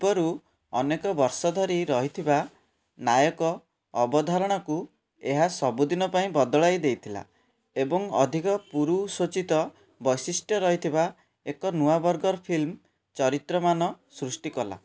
ପୂର୍ବରୁ ଅନେକ ବର୍ଷ ଧରି ରହିଥିବା ନାୟକ ଅବଧାରଣାକୁ ଏହା ସବୁଦିନ ପାଇଁ ବଦଳାଇ ଦେଇଥିଲା ଏବଂ ଅଧିକ ପୁରୁଷୋଚିତ ବୈଶିଷ୍ଟ୍ୟ ରହିଥିବା ଏକ ନୂଆ ବର୍ଗର ଫିଲ୍ମ ଚରିତ୍ରମାନ ସୃଷ୍ଟି କଲା